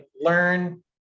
learn